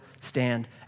stand